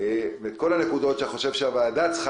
את כל הנקודות שאתה חושב שהוועדה צריכה